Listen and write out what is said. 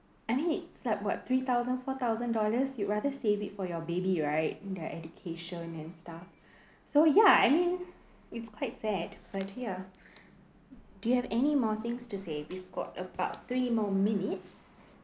I mean it's like what three thousand four thousand dollars you'd rather save it for your baby right their education and stuff so ya I mean it's quite sad but ya do you have any more things to say we've got about three more minutes